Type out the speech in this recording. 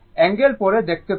angle পরে দেখতে পাব